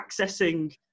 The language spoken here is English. accessing